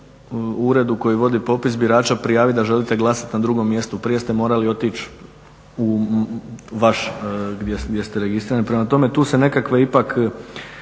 uredu koji vodi popis birača prijaviti da želite glasati na drugom mjestu, prije ste morali otići u vaš, gdje ste registrirani, prema tome tu se nekakve ipak